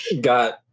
got